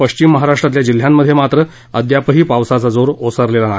पश्चिम महाराष्ट्रातील जिल्ह्यांमध्ये मात्र अद्यापही पावसाचा जोर ओसरलेला नाही